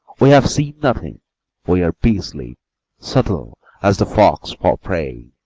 we have seen nothing we are beastly subtle as the fox for prey,